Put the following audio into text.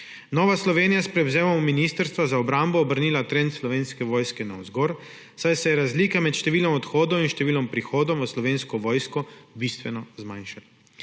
Nova Slovenija je s prevzemom Ministrstva za obrambo obrnila trend Slovenske vojske navzgor, saj se je razlika med številom odhodov in številom prihodov v Slovensko vojsko bistveno zmanjšala.